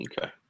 okay